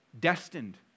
destined